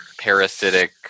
parasitic